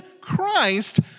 Christ